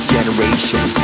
Generation